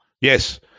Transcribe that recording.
Yes